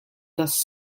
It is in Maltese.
tas